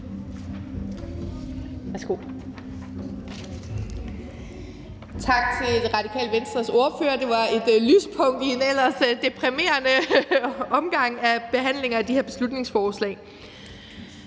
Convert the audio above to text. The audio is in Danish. Tak til Radikale Venstres ordfører. Det var et lyspunkt i en ellers deprimerende omgang i forhold til behandlingen af de her beslutningsforslag.